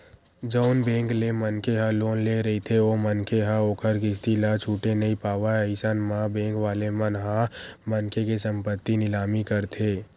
जउन बेंक ले मनखे ह लोन ले रहिथे ओ मनखे ह ओखर किस्ती ल छूटे नइ पावय अइसन म बेंक वाले मन ह मनखे के संपत्ति निलामी करथे